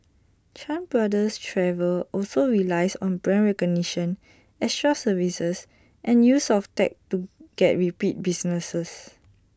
chan brothers travel also relies on brand recognition extra services and use of tech to get repeat business